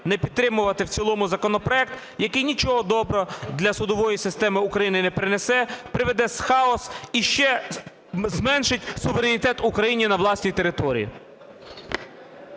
не підтримувати в цілому законопроект, який нічого доброго для судової системи України не принесе, приведе хаос і ще зменшить суверенітет України на власній території.